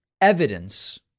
evidence